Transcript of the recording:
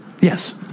Yes